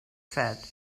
said